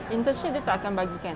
internship dia takkan bagi kan